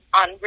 on